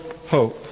hope